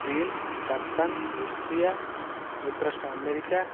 ଚୀନ Japan Russia ଯୁକ୍ତରାଷ୍ଟ୍ର America